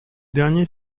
dernier